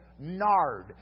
Nard